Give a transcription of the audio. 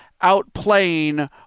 outplaying